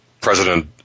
President